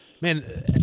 man